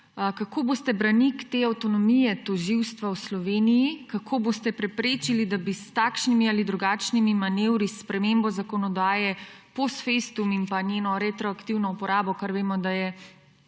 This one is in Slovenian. Kako boste branik te avtonomije tožilstva v Sloveniji? Kako boste preprečili, da bi s takšnimi ali drugačnimi manevri, s spremembo zakonodaje post festum in njeno retroaktivno uporabo – kar vemo, da je